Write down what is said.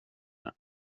mig